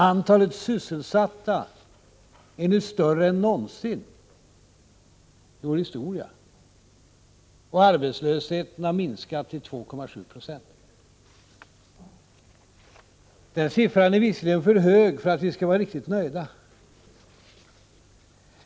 Antalet sysselsatta är nu större än någonsin i vår historia, och arbetslösheten har minskat till 2,1 PR. Den siffran är visserligen för hög för att vi skall vara riktigt nöjda.